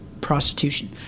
prostitution